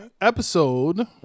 Episode